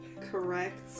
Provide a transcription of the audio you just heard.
Correct